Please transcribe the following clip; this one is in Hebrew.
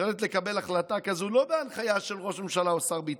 אחריות לקבל החלטה כזאת לא בהנחיה של ראש ממשלה או שר ביטחון,